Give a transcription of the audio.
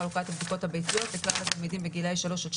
חלוקת הבדיקות הביתיות לכלל התלמידים בגילי 3 עד